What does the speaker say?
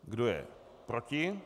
Kdo je proti?